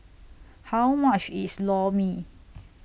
How much IS Lor Mee